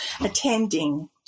attending